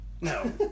No